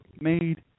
made